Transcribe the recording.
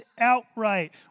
outright